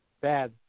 bad